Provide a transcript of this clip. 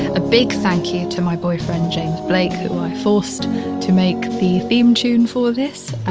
a big thank you to my boyfriend, james blake, who i forced to make the theme tune for this.